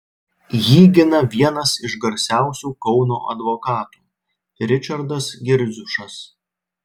jį gina vienas iš garsiausių kauno advokatų ričardas girdziušas